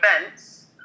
events